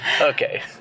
Okay